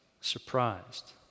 surprised